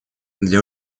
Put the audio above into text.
для